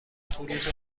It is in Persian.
خروج